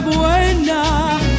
buena